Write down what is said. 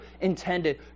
intended